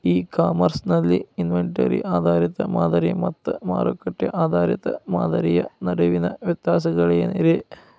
E commerce ನಲ್ಲಿ inventory ಆಧಾರಿತ ಮಾದರಿ ಮತ್ತ ಮಾರುಕಟ್ಟೆ ಆಧಾರಿತ ಮಾದರಿಯ ನಡುವಿನ ವ್ಯತ್ಯಾಸಗಳೇನ ರೇ?